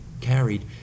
carried